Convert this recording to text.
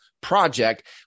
project